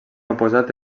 oposat